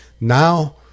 Now